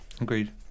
Agreed